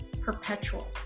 Perpetual